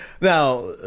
Now